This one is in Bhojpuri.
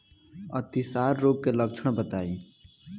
अतिसार रोग के लक्षण बताई?